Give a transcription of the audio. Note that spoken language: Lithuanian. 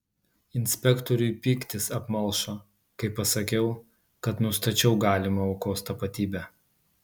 inspektoriui pyktis apmalšo kai pasakiau kad nustačiau galimą aukos tapatybę